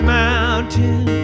mountain